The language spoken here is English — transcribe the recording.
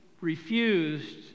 refused